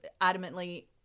adamantly